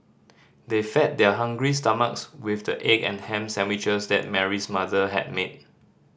they fed their hungry stomachs with the egg and ham sandwiches that Mary's mother had made